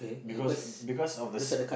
because because of the